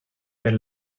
per